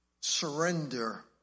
surrender